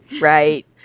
right